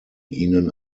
ihnen